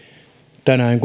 tänään